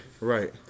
right